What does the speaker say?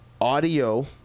audio